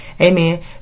Amen